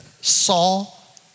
Saul